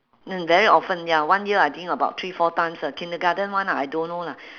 mm very often ya one year I think about three four times uh kindergarten one I don't know lah